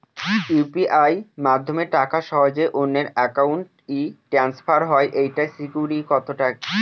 UPI মাধ্যমে টাকা সহজেই অন্যের অ্যাকাউন্ট ই ট্রান্সফার হয় এইটার সিকিউর কত টা?